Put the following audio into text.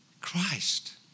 Christ